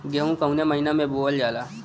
गेहूँ कवने महीना में बोवल जाला?